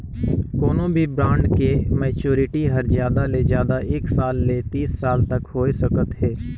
कोनो भी ब्रांड के मैच्योरिटी हर जादा ले जादा एक साल ले तीस साल तक होए सकत हे